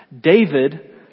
David